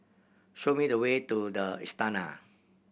show me the way to The Istana